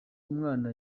umwana